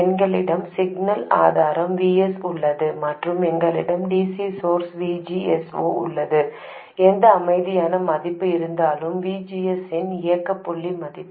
எங்களிடம் சிக்னல் ஆதாரம் Vs உள்ளது மற்றும் எங்களிடம் dc source VGS0 உள்ளது எந்த அமைதியான மதிப்பு இருந்தாலும் VGS இன் இயக்க புள்ளி மதிப்பு